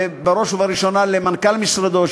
ובראש ובראשונה למנכ"ל משרדו,